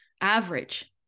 average